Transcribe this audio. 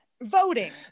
Voting